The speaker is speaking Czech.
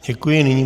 Děkuji.